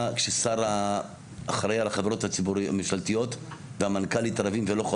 כשהשר שאחראי על החברות הממשלתיות והמנכ"לית רבים ולא חותמים,